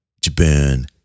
Japan